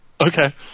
Okay